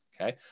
Okay